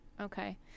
okay